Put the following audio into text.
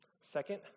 Second